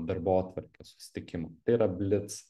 darbotvarkę susitikimų tai yra blic